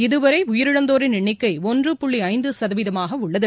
இதுவரை உயிரிழந்தோரின் எண்ணிக்கை ஒன்று புள்ளி ஐந்து சதவீதமாக உள்ளது